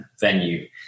venue